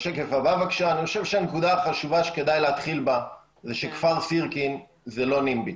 אני חושב שהנקודה החשובה שכדאי להתחיל בה זה שכפר סירקין זה לא נימב"י.